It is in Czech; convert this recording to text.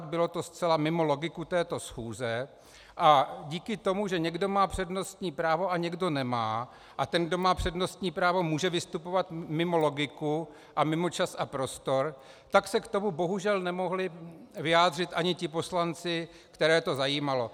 Bylo to zcela mimo logiku této schůze a díky tomu, že někdo má přednostní právo a někdo nemá, a ten kdo má přednostní právo, může vystupovat mimo logiku a mimo čas a prostor, tak se k tomu bohužel nemohli vyjádřit ani ti poslanci, které to zajímalo.